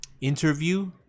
interview